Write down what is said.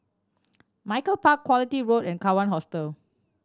Malcolm Park Quality Road and Kawan Hostel